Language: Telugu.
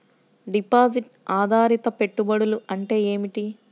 డిపాజిట్ ఆధారిత పెట్టుబడులు అంటే ఏమిటి?